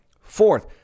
Fourth